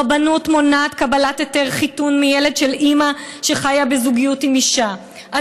הרבנות מונעת קבלת היתר חיתון מילד של אימא שחיה בזוגיות עם אישה.